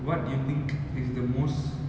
what do you think is the most